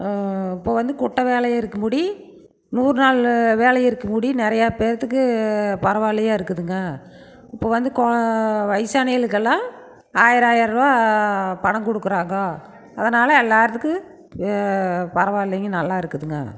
இப்ப வந்து குட்டை வேலை இருக்கும்முடி நூறு நாள் வேலை இருக்கும்முடி நிறைய பேர்த்துக்கு பரவாயில்லையாக இருக்குதுங்க இப்போ வந்து கொ வயதானவைக்கெல்லாம் ஆயிரம் ஆயிரம் ரூபா பணம் கொடுக்குறாங்கோ அதனால் எல்லாத்துக்கும் பரவாயில்லீங்க நல்லாயிருக்குதுங்க